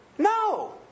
No